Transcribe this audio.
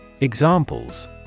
Examples